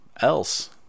else